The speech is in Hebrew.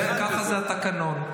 זה התקנון.